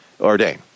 ordain